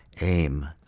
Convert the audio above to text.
aim